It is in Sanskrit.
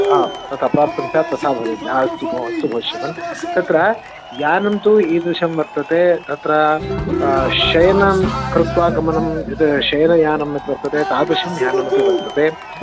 आं तथा प्राप्तं स्यात् तथा भवेत् हा अस्तु भोः अस्तु श्रीमन् तत्र यानं तु ईदृशं वर्तते तत्र शयनं कृत्वा गमनं यद् शयनयानं यत् वर्तते तादृशं यानमपि वर्तते